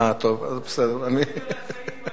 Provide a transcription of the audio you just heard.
אה, טוב, אז בסדר, אני, היו,